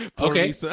Okay